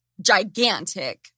Gigantic